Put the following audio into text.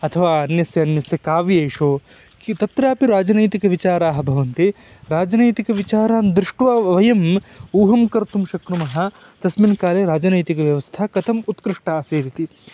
अथवा अन्यस्य अन्यस्य काव्येषु किं तत्रापि राजनैतिकविचाराः भवन्ति राजनैतिकविचारान् दृष्ट्वा वयम् ऊहं कर्तुं शक्नुमः तस्मिन्काले राजनैतिकव्ययस्था कथम् उत्कृष्टासीदिति